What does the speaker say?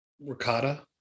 Ricotta